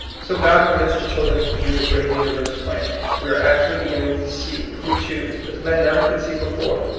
so god permits his children to view the great universe plan. we are actually be ginning to see, if we choose, as men never could see before,